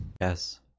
Yes